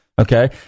Okay